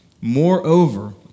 Moreover